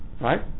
right